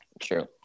true